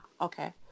okay